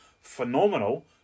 phenomenal